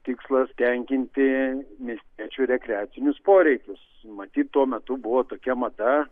tikslas tenkinti miestiečių rekreacinius poreikius matyt tuo metu buvo tokia mada